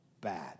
bad